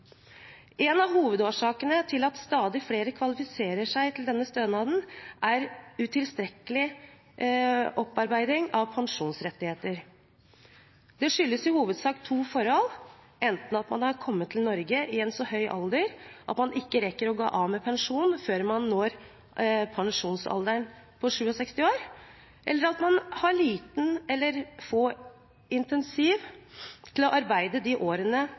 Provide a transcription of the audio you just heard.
En av hovedårsakene til at stadig flere kvalifiserer seg til denne stønaden, er utilstrekkelig opparbeiding av pensjonsrettigheter. Det skyldes i hovedsak to forhold, enten at man er kommet til Norge i en så høy alder at man ikke rekker å gå av med pensjon før man når pensjonsalderen på 67 år, eller at man har lite eller få incentiver til å arbeide de årene